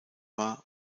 war